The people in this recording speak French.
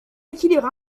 équilibre